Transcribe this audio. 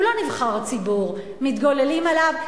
הוא לא נבחר ציבור, מתגוללים עליו.